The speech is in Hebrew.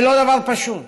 זה לא דבר פשוט.